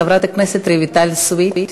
חברת הכנסת רויטל סויד,